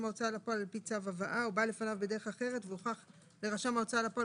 ההוצאה לפועל לפי צו הבאה או בא לפניו בדרך אחרת והוכח לרשם ההוצאה לפועל